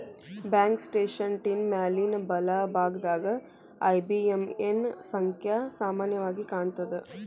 bank ಸ್ಟೇಟ್ಮೆಂಟಿನ್ ಮ್ಯಾಲಿನ್ ಬಲಭಾಗದಾಗ ಐ.ಬಿ.ಎ.ಎನ್ ಸಂಖ್ಯಾ ಸಾಮಾನ್ಯವಾಗಿ ಕಾಣ್ತದ